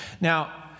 Now